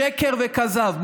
שקר וכזב.